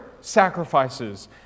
sacrifices